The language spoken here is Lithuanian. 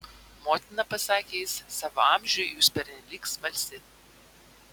motina pasakė jis savo amžiui jūs pernelyg smalsi